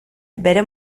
bere